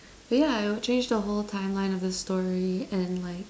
ya it would change the whole timeline of the story and like